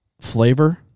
flavor